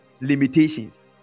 limitations